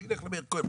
אז שיילך למאיר כהן,